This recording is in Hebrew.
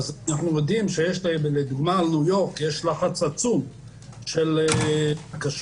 אנחנו מודים שיש עלויות, יש לחץ עצום של בקשות.